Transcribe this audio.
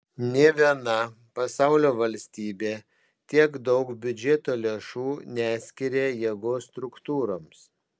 nė viena pasaulio valstybė tiek daug biudžeto lėšų neskiria jėgos struktūroms